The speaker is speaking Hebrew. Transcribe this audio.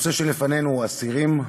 הנושא שלפנינו הוא אסירים.